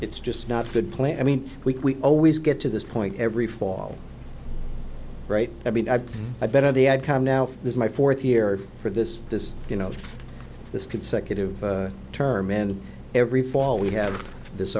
it's just not a good plan i mean we always get to this point every fall right i mean i i bet on the outcome now this is my fourth year for this this you know this consecutive term and every fall we have this